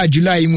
July